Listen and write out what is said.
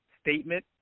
statement